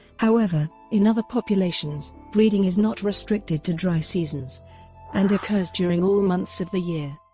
however, in other populations, breeding is not restricted to dry seasons and occurs during all months of the year.